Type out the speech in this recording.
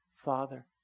Father